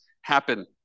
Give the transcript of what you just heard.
happen